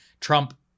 Trump